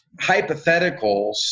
hypotheticals